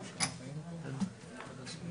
ועדת הבריאות.